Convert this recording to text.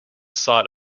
site